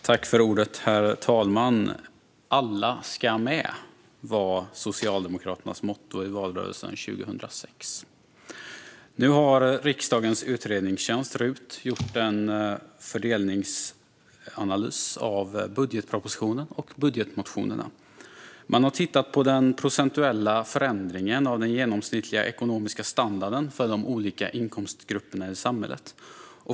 Herr talman! Alla ska med, var Socialdemokraternas motto i valrörelsen 2006. Nu har riksdagens utredningstjänst, RUT, gjort en fördelningsanalys av budgetpropositionen och budgetmotionerna. Man har tittat på den procentuella förändringen av den genomsnittliga ekonomiska standarden för de olika inkomstgrupperna i samhället.